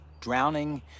drowning